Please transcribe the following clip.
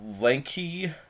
lanky